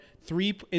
three